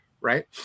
right